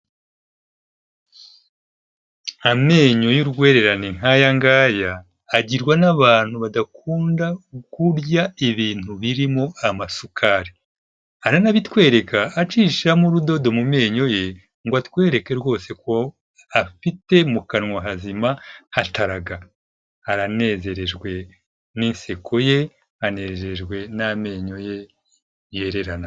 Amenyo y'urwererane nk'aya ngaya, agirwa n'abantu badakunda kurya ibintu birimo amasukari. Aranabitwereka acishamo urudodo mu menyo ye ngo atwereke rwose ko afite mu kanwa hazima hataraga. Aranezerejwe n'iseko ye, anejejwe n'amenyo ye yererana.